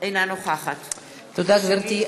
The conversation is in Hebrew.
אינה נוכחת תודה, גברתי.